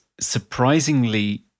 surprisingly